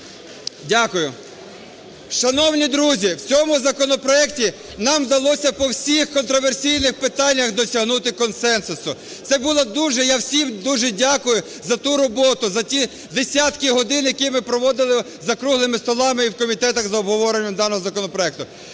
Дякую. Шановні друзі, в цьому законопроекті нам вдалося по всіх контраверсійних питаннях досягнути консенсусу. Це було дуже, я всім дуже дякую за ту роботу, за ті десятки годин, які ми проводили за круглими столами і в комітетах за обговоренням даного законопроекту.